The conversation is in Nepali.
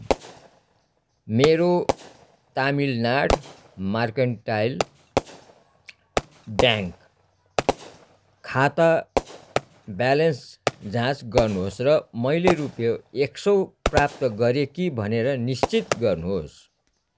मेरो तमिलनाड मर्केन्टाइल ब्याङ्क खाता ब्यालेन्स जाँच गर्नुहोस् र मैले रुपियाँ एक सौ प्राप्त गरेँ कि भनेर निश्चित गर्नुहोस्